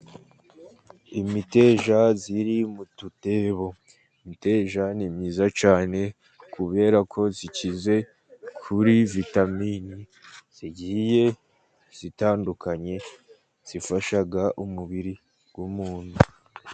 Imiteja iri mu tutebo, imiteja ni myiza cyane ,kubera ko zikize kuri vitaminini zigiye zitandukanye ,zifasha umubiri w'umuntu.